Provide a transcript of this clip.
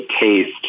taste